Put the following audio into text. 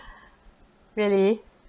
really